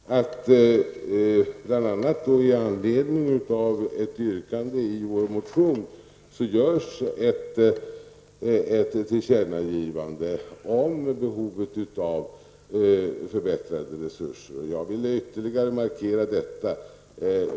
Herr talman! Jag är glad över att det nu bl.a. med anledning av ett yrkande i vår motion görs ett tillkännagivande om behovet av förbättrade resurser. Jag vill ytterligare markera detta.